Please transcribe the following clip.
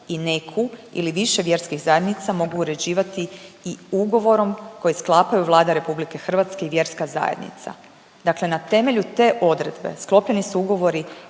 i neku ili više vjerskih zajednica, mogu uređivati i ugovorom koji sklapaju Vlada RH i vjerska zajednica. Dakle na temelju te odredbe, sklopljeni su ugovori